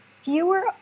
fewer